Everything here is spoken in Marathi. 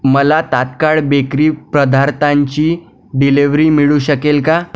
मला तात्काळ बेकरी पदार्थांची डिलिव्हरी मिळू शकेल का